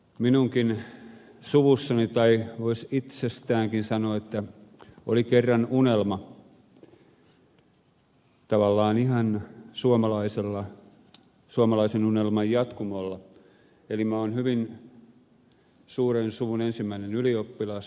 minunkin suvussani oli tai voisin itsestänikin sanoa että oli kerran unelma tavallaan ihan suomalaisen unelman jatkumolla eli minä olen hyvin suuren suvun ensimmäinen ylioppilas